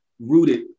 rooted